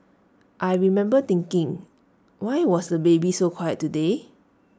I remember thinking why was the baby so quiet today